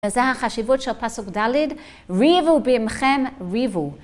וזה החשיבות של פסוק ד' ריבו בימכם ריבו.